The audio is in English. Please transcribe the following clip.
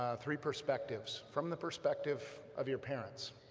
three perspectives, from the perspective of your parents